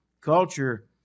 culture